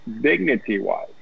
dignity-wise